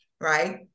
right